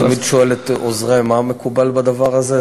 אני תמיד שואל את עוזרי מה מקובל בדבר הזה,